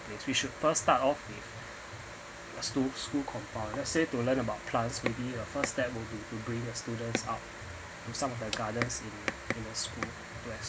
we should first start off the school school compound let's say to learn about plants maybe uh first step will be to bring the students out to some of their gardens in in the school whereas